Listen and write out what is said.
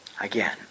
again